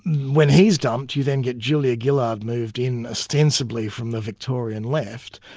when he's dumped, you then get julia gillard moved in, ostensibly from the victorian left,